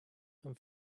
and